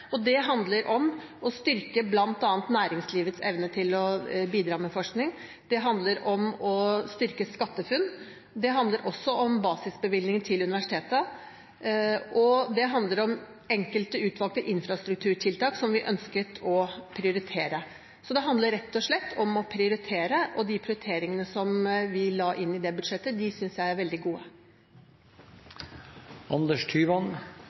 og det handler om å styrke bl.a. næringslivets evne til å bidra med forskning, det handler om å styrke SkatteFUNN, det handler også om basisbevilgningen til universitetet, og det handler om enkelte utvalgte infrastrukturtiltak som vi ønsket å prioritere. Så det handler rett og slett om å prioritere, og de prioriteringene som vi la inn i det budsjettet, synes jeg er veldig